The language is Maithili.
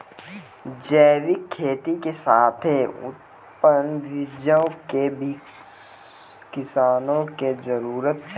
जैविक खेती के साथे उन्नत बीयो के किसानो के जरुरत छै